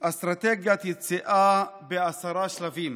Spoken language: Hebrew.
אסטרטגיית יציאה בעשרה שלבים: